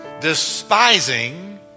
Despising